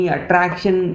attraction